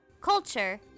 Culture